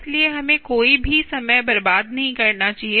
इसलिए हमें कोई भी समय बर्बाद नहीं करना चाहिए